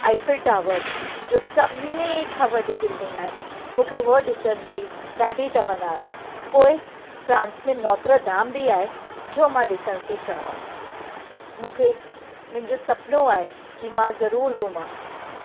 Eiffel Tower जो सभिनी खां वॾी बिल्डिंग आहे मूंखे उहो डिसण जी ॾाढी तमन्ना आहे पोइ फ़्रांस में नौत्रधाम बि आहे जो मां डिसणु थी चाहियां मूंखे मुंहिंजो सुपिनो आहे की मां ज़रूरु घुमां